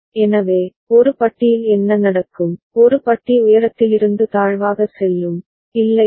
எனவே ஒரு பட்டியில் என்ன நடக்கும் ஒரு பட்டி உயரத்திலிருந்து தாழ்வாக செல்லும் இல்லையா